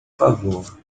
favor